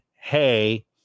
Hey